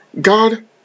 God